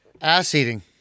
Ass-eating